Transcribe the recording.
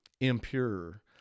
impure